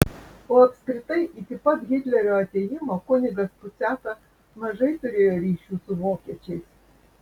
o apskritai iki pat hitlerio atėjimo kunigas puciata mažai turėjo ryšių su vokiečiais